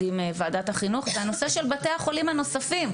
עם ועדת החינוך הוא בתי חולים נוספים.